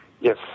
Yes